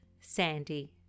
Sandy